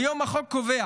כיום החוק קובע